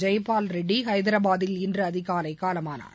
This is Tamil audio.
ஜெய்பால் ரெட்டி ஹைதராபாத்தில் இன்று அதிகாலை காலமானார்